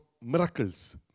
miracles